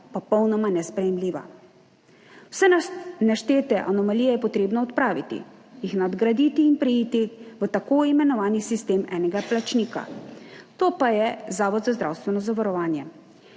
popolnoma nesprejemljiva. Vse naštete anomalije je treba odpraviti, jih nadgraditi in preiti v tako imenovani sistem enega plačnika, to pa je Zavod za zdravstveno zavarovanje.